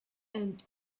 and